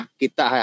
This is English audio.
kita